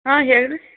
ಹಾಂ ಹೇಳಿ ರೀ